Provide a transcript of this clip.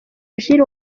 jules